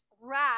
rat